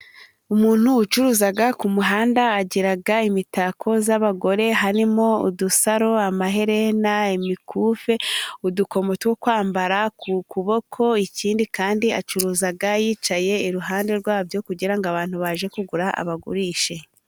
Umuntu ucuruza ku muhanda agira imitako y'abagore harimo udusaro, amaherena, imikufi, udukomo, two kwambara ku kuboko. Ikindi kandi acuruza yicaye iruhande rwabyo, kugira ngo abantu baje kugura abagurishe.